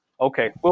Okay